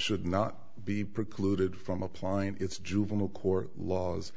should not be precluded from applying its juvenile court laws